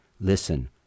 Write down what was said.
Listen